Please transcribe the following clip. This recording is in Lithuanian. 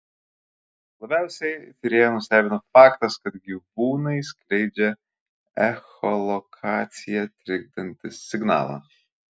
labiausiai tyrėją nustebino faktas kad gyvūnai skleidžia echolokaciją trikdantį signalą